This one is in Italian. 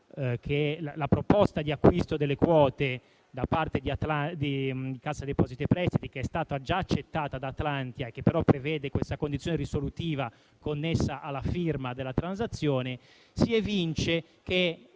la proposta di acquisto delle quote da parte di Cassa depositi e prestiti già accettata da Atlantia - prevede però la condizione risolutiva connessa alla firma della transazione - si evince che